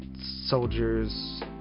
soldiers